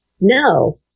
no